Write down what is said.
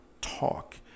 talk